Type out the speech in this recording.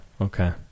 Okay